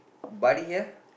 buddy here